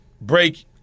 Break